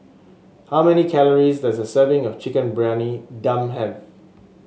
how many calories does a serving of Chicken Briyani Dum have